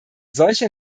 solche